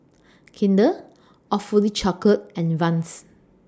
Kinder Awfully Chocolate and Vans